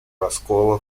раскола